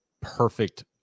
perfect